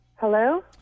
Hello